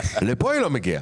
לכאן היא לא מגיעה.